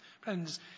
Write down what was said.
Friends